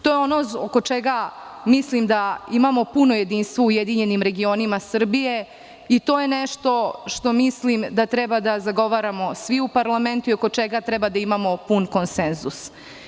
To je ono oko čega mislim da imamo puno jedinstvo u URS i to je nešto što mislim da treba da zagovaramo svi u parlamentu i oko čega treba da imamo pun konsenzus.